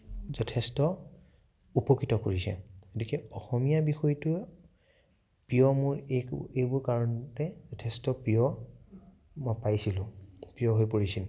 যথেষ্ট উপকৃত কৰিছে গতিকে অসমীয়া বিষয়টো প্ৰিয় মোৰ এইবোৰ কাৰণতে যথেষ্ট প্ৰিয় মই পাইছিলোঁ প্ৰিয় হৈ পৰিছিল